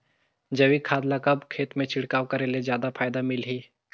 जैविक खाद ल कब खेत मे छिड़काव करे ले जादा फायदा मिलही?